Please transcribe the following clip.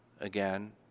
Again